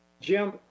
Jim